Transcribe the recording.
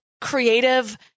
creative